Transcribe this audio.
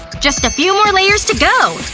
just a few more layers to go,